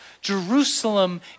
Jerusalem